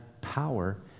power